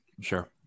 Sure